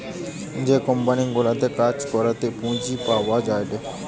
যে কোম্পানি গুলাতে কাজ করাতে পুঁজি পাওয়া যায়টে